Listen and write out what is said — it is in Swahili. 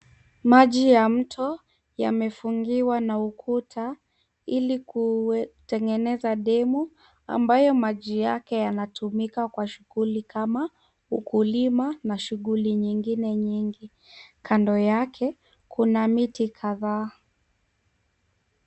Maji ya mto yamefungiwa na ukuta ili kutengeneza demu ambayo maji yake yanatumika kwa shughuli kama ukulima na shughuli nyingine nyingi. Kando yake kuna miti kadhaa.